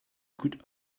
could